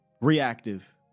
reactive